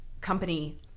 company